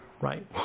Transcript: right